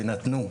ונתנו.